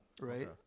right